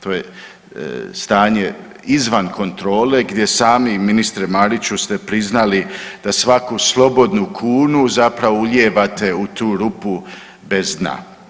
To je stanje izvan kontrole gdje sami ministre Mariću ste priznali da svaku slobodnu kunu zapravo ulijevate u tu rupu bez dna.